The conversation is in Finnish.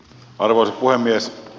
arvoisa puhemies